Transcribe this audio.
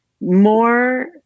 more